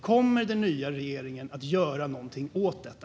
Kommer den nya regeringen att göra någonting åt detta?